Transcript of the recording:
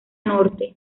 norte